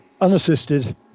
unassisted